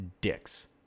Dicks